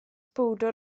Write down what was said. bowdr